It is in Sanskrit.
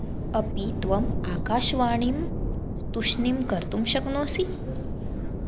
अपि त्वम् आकाशवाणीं तुष्णीं कर्तुं शक्नोसि